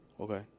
Okay